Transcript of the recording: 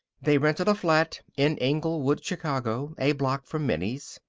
they rented a flat in englewood, chicago, a block from minnie's.